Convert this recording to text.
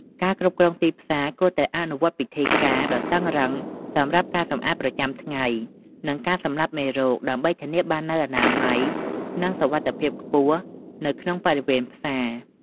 ការគ្រប់គ្រងទីផ្សារគួរតែអនុវត្តពិធីការដ៏តឹងរ៉ឹងសម្រាប់ការសម្អាតប្រចាំថ្ងៃ និងការសម្លាប់មេរោគ ដើម្បីធានាបាននូវអនាម័យ និងសុវត្ថិភាពខ្ពស់នៅក្នុងបរិវេណផ្សារ។